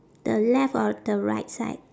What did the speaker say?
the left or the right side